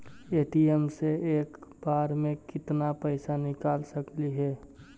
ATM से एक बार मे केत्ना पैसा निकल सकली हे?